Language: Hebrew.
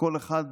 אף אחד